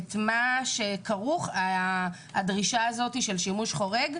את הדרישה הזאת של שימוש חורג,